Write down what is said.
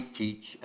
teach